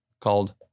called